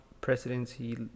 presidency